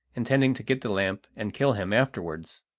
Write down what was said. intending to get the lamp and kill him afterwards.